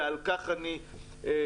ועל כך אני מצר.